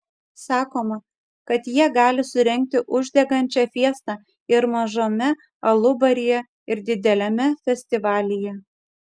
sakoma kad jie gali surengti uždegančią fiestą ir mažame alubaryje ir dideliame festivalyje